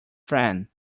friend